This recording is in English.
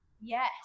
Yes